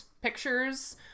pictures